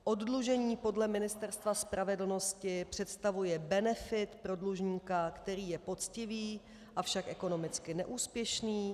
Oddlužení podle Ministerstva spravedlnosti představuje benefit pro dlužníka, který je poctivý, avšak ekonomicky neúspěšný.